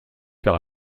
faire